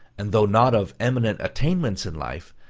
and though not of eminent attainments in life,